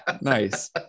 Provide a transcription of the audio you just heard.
nice